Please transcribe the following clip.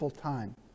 time